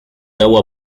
agua